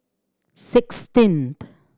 sixteenth